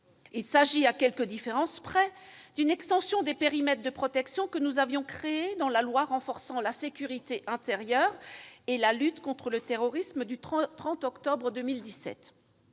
Il s'agit, à quelques différences près, d'une extension des périmètres de protection que nous avions créés dans la loi du 30 octobre 2017 renforçant la sécurité intérieure et la lutte contre le terrorisme. En deuxième